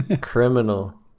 Criminal